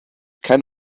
kind